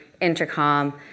Intercom